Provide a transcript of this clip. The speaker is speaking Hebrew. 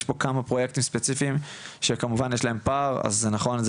יש פה כמה פרויקטים ספציפיים שכמובן יש להם פער אז זה נכון,